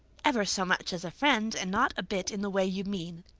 ever so much as a friend and not a bit in the way you mean,